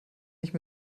nicht